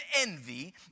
envy